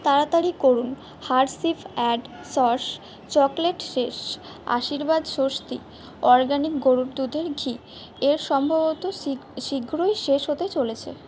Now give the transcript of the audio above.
তাড়াতাড়ি করুন Hershey's add sauce chocolate শেষ আশীর্বাদ স্বস্তি অরগ্যানিক গরুর দুধের ঘি এর সম্ভবত শী শীঘ্রই শেষ হতে চলেছে